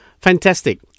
Fantastic